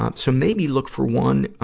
ah so maybe look for one